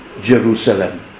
Jerusalem